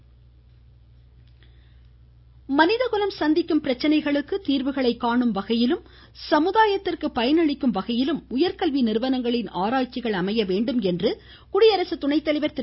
வெங்கையா நாயுடு மனித குலம் சந்திக்கும் பிரச்சனைகளுக்கு தீர்வுகளை காணும் வகையிலும் சமுதாயத்திற்கு பயன் அளிக்கும் வகையிலும் உயர்கல்வி நிறுவனங்களின் ஆராய்ச்சிகள் அமைய வேண்டும் என்று குடியரசு துணை தலைவர் திரு